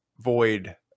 void